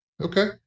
Okay